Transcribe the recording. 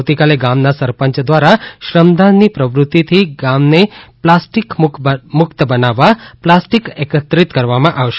આવતીકાલે ગામના સરપંચ દ્વારા શ્રમદાનની પ્રવૃત્તિથી ગામને પ્લાસ્ટીક મુકત બનાવવા પ્લાસ્ટીક એકત્રીત કરવામાં આવશે